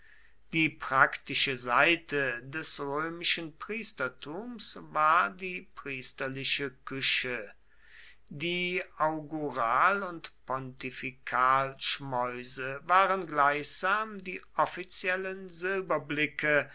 die praktische seite des römischen priestertums war die priesterliche küche die augural und pontifikalschmäuse waren gleichsam die offiziellen silberblicke